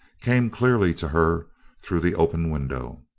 came clearly to her through the open window.